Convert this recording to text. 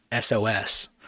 SOS